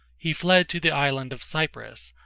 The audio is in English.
he fled to the island of cyprus,